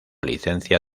licencia